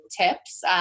tips